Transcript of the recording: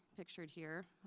pictured here,